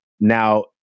now